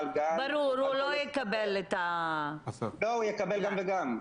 הוא יקבל גם וגם.